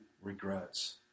regrets